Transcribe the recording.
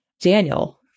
Daniel